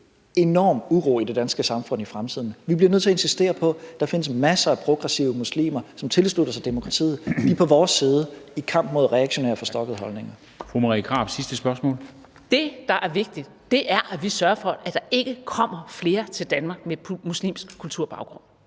enorm uro i det danske samfund i fremtiden. Vi bliver nødt til at insistere på, at der findes masser af progressive muslimer, som tilslutter sig demokratiet, og som er på vores side i kampen mod reaktionære og forstokkede holdninger. Kl. 14:20 Formanden (Henrik Dam Kristensen): Fru Marie Krarup for det sidste spørgsmål. Kl. 14:20 Marie Krarup (DF): Det, der er vigtigt, er, at vi sørger for, at der ikke kommer flere til Danmark med muslimsk kulturbaggrund